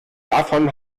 davon